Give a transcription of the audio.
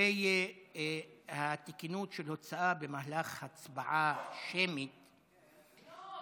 לגבי התקינות של הוצאה במהלך הצבעה שמית, לא.